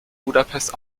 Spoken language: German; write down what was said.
budapest